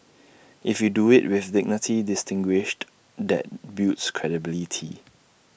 if you do IT with dignity distinguished that builds credibility